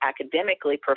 academically